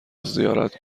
زیارت